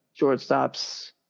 Shortstops